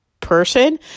person